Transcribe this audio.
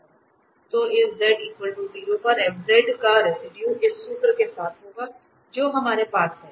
तो इस z 0 पर f फ़ंक्शन का रेसिडुए इस सूत्र के साथ होगा जो हमारे पास है